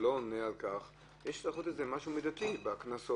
אתה לא עונה על כך שצריך לעשות משהו מידתי בקנסות,